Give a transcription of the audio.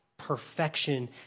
perfection